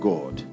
God